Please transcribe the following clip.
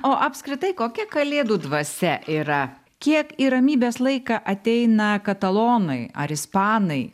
o apskritai kokia kalėdų dvasia yra kiek į ramybės laiką ateina katalonai ar ispanai